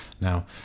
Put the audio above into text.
Now